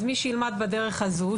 אז מי שילמד בדרך הזאת,